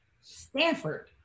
Stanford